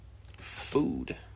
food